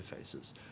interfaces